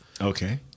okay